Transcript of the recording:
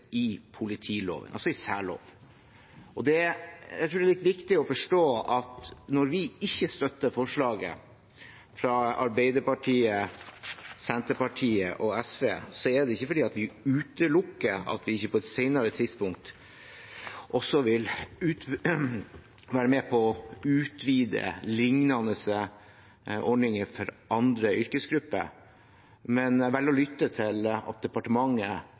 i politiloven, altså en særlov. Jeg tror det er litt viktig å forstå at når vi ikke støtter forslaget fra Arbeiderpartiet, Senterpartiet og SV, er det ikke fordi vi utelukker at vi på et senere tidspunkt også vil være med på å utvide lignende ordninger for andre yrkesgrupper. Men vi velger å lytte til departementet når de sier at